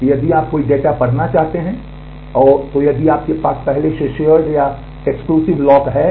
इसलिए यदि आप कोई डेटा पढ़ना चाहते हैं तो यदि आपके पास पहले से शेयर्ड नहीं है